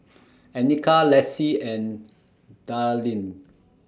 Annika Lessie and Darlyne